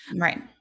right